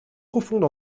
profondes